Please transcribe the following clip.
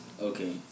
Okay